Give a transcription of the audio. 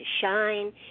shine